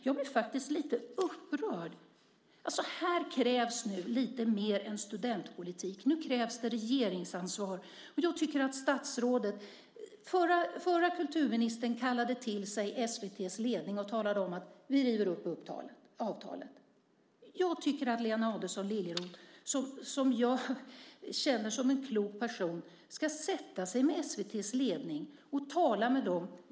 Jag blir faktiskt lite upprörd. Här krävs nu lite mer än studentpolitik. Nu krävs det regeringsansvar. Den förra kulturministern kallade till sig SVT:s ledning och talade om att man skulle riva upp avtalet. Jag tycker att Lena Adelsohn Liljeroth, som jag känner som en klok person, ska sätta sig ned med SVT:s ledning och tala med den.